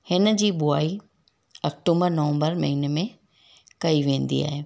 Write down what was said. हिन जी बुआई अक्टूबर नवंबर महिने में कई वेंदी आहे